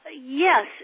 Yes